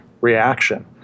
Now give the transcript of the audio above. reaction